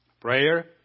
Prayer